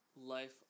life